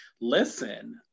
listen